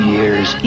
Year's